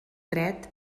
dret